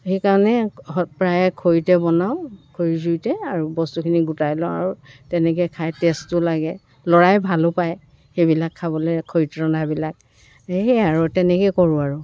সেইকাৰণে প্ৰায়ে খৰিতে বনাওঁ খৰি জুইতে আৰু বস্তুখিনি গোটাই লওঁ আৰু তেনেকৈ খাই টেষ্টো লাগে ল'ৰাই ভালো পায় সেইবিলাক খাবলৈ খৰিত ৰন্ধাবিলাক সেই আৰু তেনেকৈ কৰোঁ আৰু